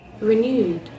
renewed